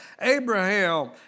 Abraham